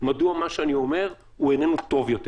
מדוע מה שאני אומר הוא איננו טוב יותר.